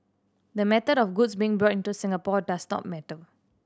the method of goods being brought into Singapore does not matter